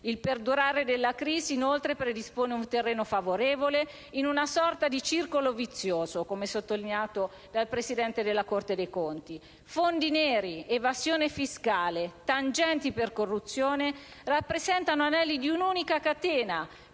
Il perdurare della crisi predispone inoltre un terreno favorevole, in una sorta di circolo vizioso, come sottolineato dal presidente della Corte dei conti. Fondi neri, evasione fiscale, tangenti per corruzioni rappresentano anelli di una unica catena.